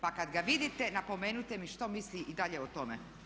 Pa kad ga vidite napomenite mi što misli i dalje o tome.